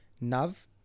nav